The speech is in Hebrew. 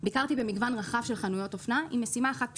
ביקרתי במגוון רחב של חנויות אופנה עם משימה אחת פשוטה: